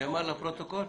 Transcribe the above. נאמר לפרוטוקול.